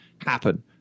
happen